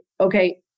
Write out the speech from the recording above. okay